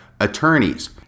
attorneys